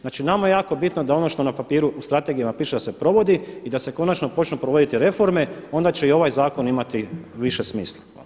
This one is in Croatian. Znači, nama je jako bitno da ono što na papiru u strategijama piše da se provodi i da se konačno počnu provoditi reforme, onda će i ovaj zakon imati više smisla.